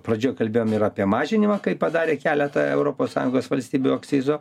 pradžioj kalbėjom ir apie mažinimą kai padarė keletą europos sąjungos valstybių akcizo